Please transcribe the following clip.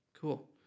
Cool